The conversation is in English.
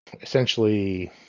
essentially